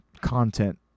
content